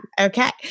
Okay